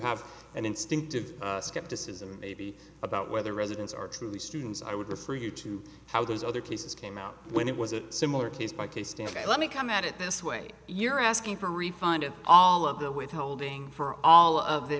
have an instinctive skepticism maybe about whether residents are truly students i would refer you to how those other cases came out when it was a similar case by case stanford let me come at it this way you're asking for a refund of all of the withholding for all of the